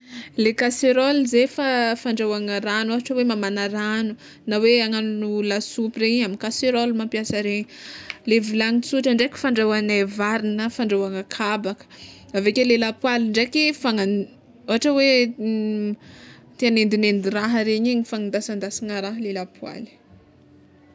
Le kaseraoly ze fa fa fandrahoagna ragno, ôhatra hoe mamana ragno na hoe hagnagno lasopy regny, amy kaseraoly mampiasa regny, le vilany tsotra ndraiky fandrahoanay vary na fandrahoanay kabaka, aveke le lapoaly ndraiky fana- ôhatra hoe te hanendinendy raha regny igny, fagnindasana raha le lapoaly.